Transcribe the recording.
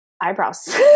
eyebrows